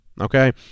okay